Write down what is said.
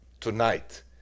tonight